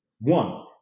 one